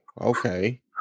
okay